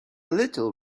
little